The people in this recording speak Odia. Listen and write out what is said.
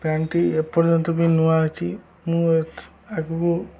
ପ୍ୟାଣ୍ଟଟି ଏପର୍ଯ୍ୟନ୍ତ ବି ନୂଆ ଅଛି ମୁଁ ଆଗକୁ